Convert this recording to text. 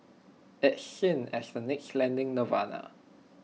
it's seen as the next lending nirvana